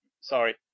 sorry